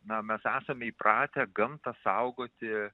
na mes esame įpratę gamtą saugoti